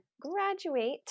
graduate